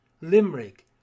Limerick